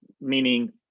meaning